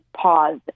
pause